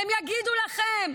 הם יגידו לכם: